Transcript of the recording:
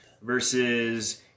versus